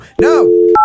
No